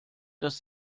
dass